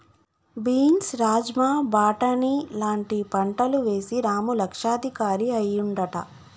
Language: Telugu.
బీన్స్ రాజ్మా బాటని లాంటి పంటలు వేశి రాము లక్షాధికారి అయ్యిండట